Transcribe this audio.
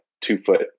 two-foot